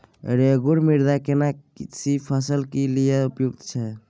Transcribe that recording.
रेगुर मृदा केना सी फसल के लिये उपयुक्त छै?